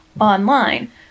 online